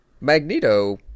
Magneto